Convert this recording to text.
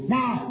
Now